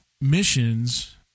missions